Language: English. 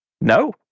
no